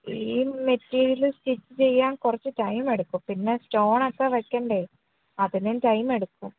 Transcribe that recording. ഈ material stitch ചെയ്യാൻ കുറച്ച് ടൈം എടുക്കും പിന്നെ സ്റ്റോൺ ഒക്കെ വയ്ക്കണ്ടെ അതിനും ടൈം എടുക്കും